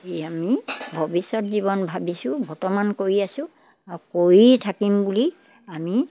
এই আমি ভৱিষ্যত জীৱন ভাবিছোঁ বৰ্তমান কৰি আছোঁ আৰু কৰি থাকিম বুলি আমি